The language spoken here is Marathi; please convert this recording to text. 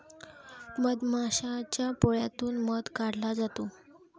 मधमाशाच्या पोळ्यातून मध काढला जातो